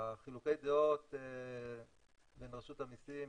חילוקי הדעות בין רשות המיסים